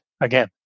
again